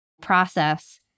process